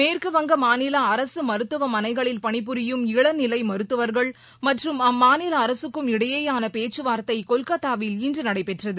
மேற்குவங்க மாநில அரசு மருத்துவமனைகளில் பணிபுரியும் இளநிலை மருத்துவர்கள் மற்றம் அம்மாநில அரசுக்கும் இடையேயான பேச்சுவார்த்தை கொல்கத்தாவில் இன்று நடைபெற்றது